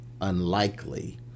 Unlikely